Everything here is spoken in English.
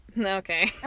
Okay